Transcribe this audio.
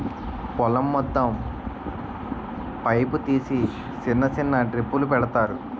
పొలం మొత్తం పైపు తీసి సిన్న సిన్న డ్రిప్పులు పెడతారు